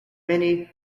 many